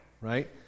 right